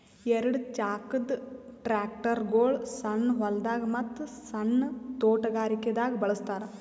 ಎರಡ ಚಾಕದ್ ಟ್ರ್ಯಾಕ್ಟರ್ಗೊಳ್ ಸಣ್ಣ್ ಹೊಲ್ದಾಗ ಮತ್ತ್ ಸಣ್ಣ್ ತೊಟಗಾರಿಕೆ ದಾಗ್ ಬಳಸ್ತಾರ್